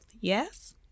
yes